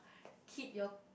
keep your